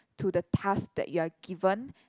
to the task that you are given